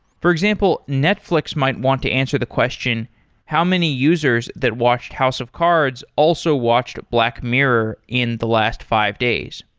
for example, netflix might want to answer the question how many users that watched house of cards also watched black mirror in the last five days?